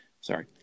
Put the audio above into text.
sorry